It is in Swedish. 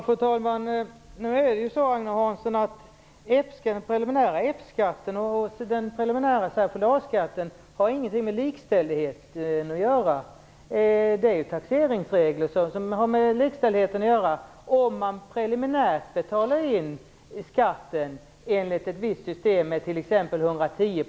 Fru talman! Den preliminära F-skatten och den preliminära särskilda A-skatten har ingenting med likställdheten att göra, Agne Hansson. Det är taxeringsregler som har med likställdheten att göra. Att man preliminärt betalar in skatten enligt ett visst system har inget med likställdheten att göra.